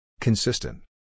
Consistent